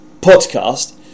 podcast